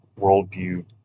Worldview